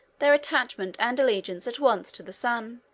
their attachment and allegiance at once to the son.